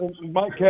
Mike